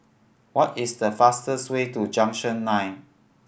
what is the fastest way to Junction Nine